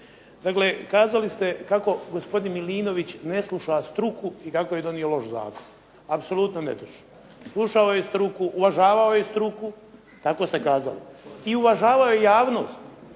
Dakle, kazali ste kako gospodin Milinović ne sluša struku i kako je donio loš zakon. Apsolutno netočno. Slušao je struku, uvažavao je struku, tako ste kazali i uvažavao je javnost